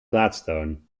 gladstone